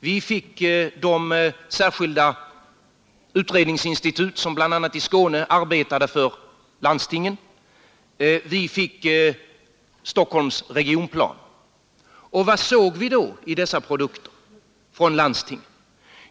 Vi fick de särskilda utredningsinstitut som bl.a. i Skåne arbetade för landstingen och vi fick Stockholms regionplan. Vad såg vi då i dessa produkter från landstingen?